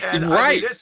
Right